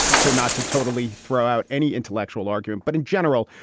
and so not to totally throw out any intellectual argument, but in general,